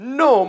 no